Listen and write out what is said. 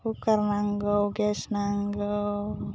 कुकार नांगौ गेस नांगौ